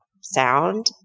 sound